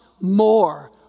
more